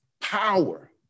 power